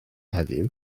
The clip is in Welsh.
heddiw